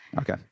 Okay